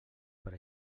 per